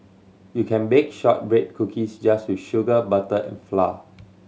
you can bake shortbread cookies just with sugar butter and flour